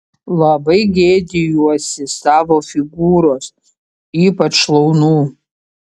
labai gėdijuosi savo figūros ypač šlaunų